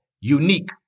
unique